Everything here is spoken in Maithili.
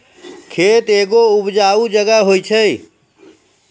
खेत एगो उपजाऊ जगह होय छै